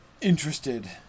interested